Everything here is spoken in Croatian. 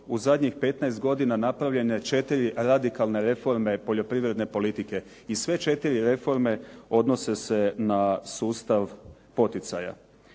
u zadnjih 15 godina napravljene četiri radikalne reforme poljoprivredne politike i sve četiri reforme odnose se na sustav poticaja.